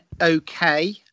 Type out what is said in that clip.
okay